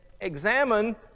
examine